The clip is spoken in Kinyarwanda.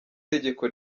tegeko